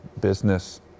business